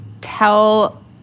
tell